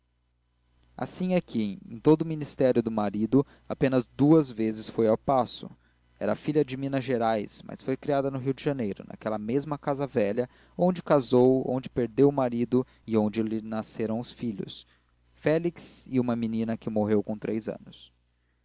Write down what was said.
é que em todo o ministério do marido apenas duas vezes foi ao paço era filha de minas gerais mas foi criada no rio de janeiro naquela mesma casa velha onde casou onde perdeu o marido e onde lhe nasceram os filhos félix e uma menina que morreu com três anos